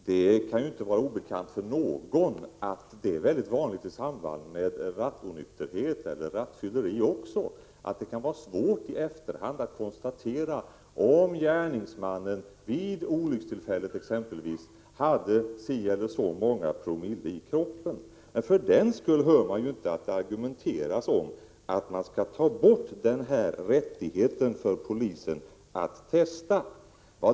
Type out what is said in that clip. Det kan inte vara obekant för någon att det även i samband med rattonykterhet eller rattfylleri är mycket vanligt att det kan vara svårt att i efterhand konstatera om gärningsmannen exempelvis hade si eller så många promille i kroppen vid olyckstillfället. För den sakens skull hör man emellertid inte att det argumenteras om att man skall ta bort denna rättighet som polisen har att testa.